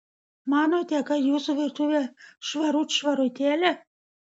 manote kad jūsų virtuvė švarut švarutėlė